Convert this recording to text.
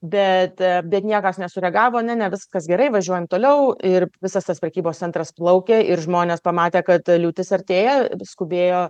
bet bet niekas nesureagavo ne ne viskas gerai važiuojam toliau ir visas tas prekybos centras plaukė ir žmonės pamatė kad liūtis artėja skubėjo